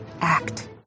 Act